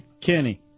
Kenny